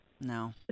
No